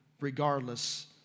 regardless